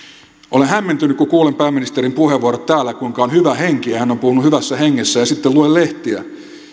olen hämmentynyt kun kuulen pääministerin puheenvuorot täällä kuinka on hyvä henki ja hän on puhunut hyvässä hengessä ja sitten luen lehtiä